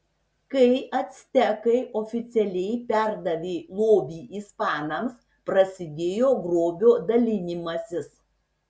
kai actekai oficialiai perdavė lobį ispanams prasidėjo grobio dalinimasis